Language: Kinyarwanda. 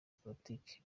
politiki